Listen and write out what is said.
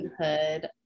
studenthood